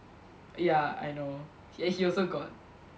ya I know he and he also got